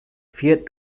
feared